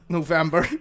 November